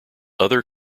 other